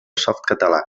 softcatalà